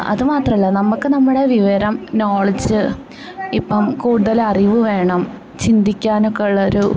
അത് മാത്രമല്ല നമുക്ക് നമ്മുടെ വിവരം നോളജ് ഇപ്പം കൂടുതലറിവ് വേണം ചിന്തിക്കാനൊക്കൊള്ളൊരു